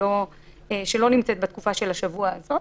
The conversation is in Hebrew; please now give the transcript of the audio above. שלא נמצאת בתקופה של השבוע הזה.